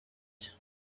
cye